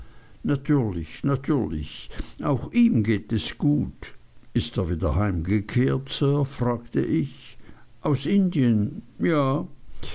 natürlich natürlich auch ihm geht es gut ist er wieder heimgekehrt sir fragte ich aus indien ja